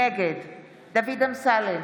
נגד דוד אמסלם,